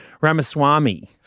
Ramaswamy